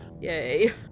Yay